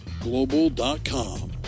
Global.com